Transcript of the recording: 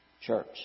church